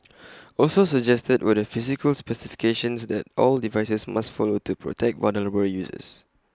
also suggested were the physical specifications that all devices must follow to protect vulnerable users